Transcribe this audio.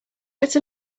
but